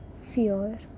fear